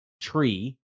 tree